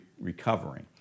recovering